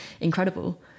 incredible